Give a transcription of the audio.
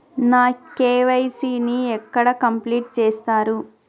నా కే.వై.సీ ని ఎక్కడ కంప్లీట్ చేస్తరు?